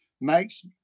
makes